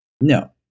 No